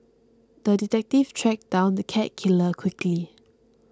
the detective tracked down the cat killer quickly